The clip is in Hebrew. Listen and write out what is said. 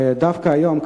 ודווקא היום,